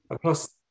Plus